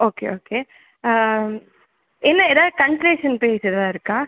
okay okay இல்லை எதாவது consultation fees எதாவது இருக்கா